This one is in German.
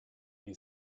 die